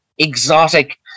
exotic